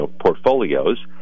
portfolios